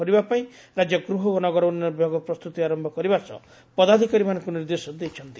ଖୋଲିବାପାଇଁ ରାଜ୍ୟ ଗୃହ ଓ ନଗର ଉନ୍ନୟନ ବିଭାଗ ପ୍ରସ୍ତୁତି ଆର ସହ ପଦାଧ୍କାରୀମାନଙ୍କୁ ନିର୍ଦ୍ଦେଶ ଦିଆଯାଇଛି